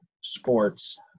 sports